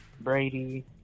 Brady